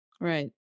Right